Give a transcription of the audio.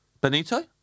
Benito